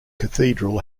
cathedral